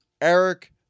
Eric